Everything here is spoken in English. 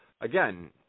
again